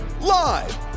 live